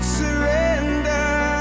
surrender